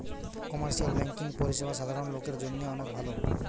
commercial banking পরিষেবা সাধারণ লোকের জন্য অনেক ভালো